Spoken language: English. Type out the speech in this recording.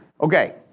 okay